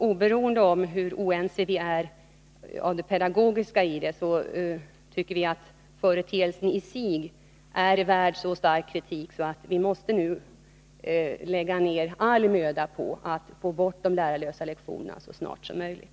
Oberoende av hur oense vi är om det pedagogiska i det hela tycker vi att företeelsen i sig ger anledning till så stark kritik att vi nu måste lägga ner all möda för att få bort de lärarlösa lektionerna så snart som möjligt.